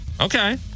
Okay